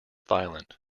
violent